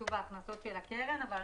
חישוב ההכנסות של הקרן.